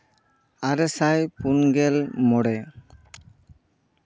ᱟᱨᱮ ᱥᱟᱭ ᱯᱩᱱᱜᱮᱞ ᱢᱚᱬᱮ